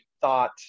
thought